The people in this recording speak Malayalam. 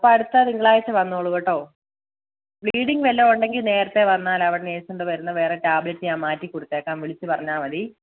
അപ്പോൾ അടുത്ത തിങ്കളാഴ്ച വന്നോളൂ കേട്ടോ ബ്ലീഡിങ്ങ് വല്ലതുമുണ്ടെങ്കിൽ നേരത്തെ വന്നാൽ അവിടെ നേഴ്സ് ഉണ്ട് വരുന്ന വേറെ ടാബ്ലറ്റ് ഞാൻ മാറ്റി കൊടുത്തേക്കാം വിളിച്ചു പറഞ്ഞാൽ മതി